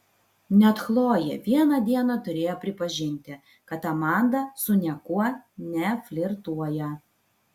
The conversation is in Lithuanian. net chlojė vieną dieną turėjo pripažinti kad amanda su niekuo neflirtuoja